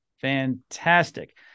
Fantastic